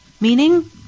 Meaning